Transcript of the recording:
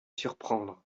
surprendre